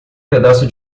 pedaço